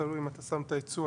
תלוי אם אתה שם את היצוא,